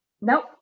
Nope